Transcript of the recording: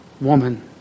woman